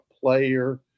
player